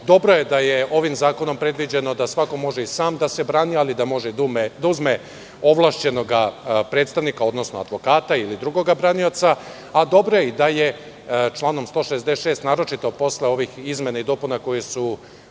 je da je ovim zakonom predviđeno da svako može i sam da se brani, ali da može da uzme ovlašćenog predstavnika, odnosno advokata ili drugog branioca, a dobro je i da je članom 166, naročito posle ovih izmena i dopuna koje su